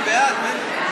(תיקון, מתן עדיפות למשרתים בהעדפה מתקנת),